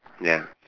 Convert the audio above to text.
ya